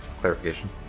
clarification